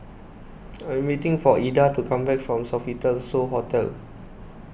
I am waiting for Eda to come back from Sofitel So Hotel